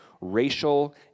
racial